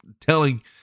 telling